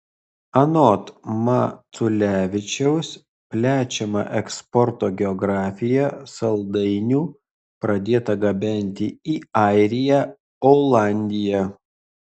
anot maculevičiaus plečiama eksporto geografija saldainių pradėta gabenti į airiją olandiją